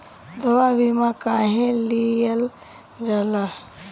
दवा बीमा काहे लियल जाला?